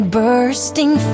bursting